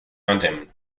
indemne